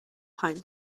pine